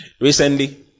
Recently